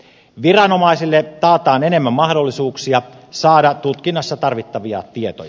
viranomaisille taataan enemmän mahdollisuuksia saada tutkinnassa tarvittavia tietoja